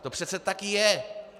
To přece tak je.